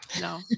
no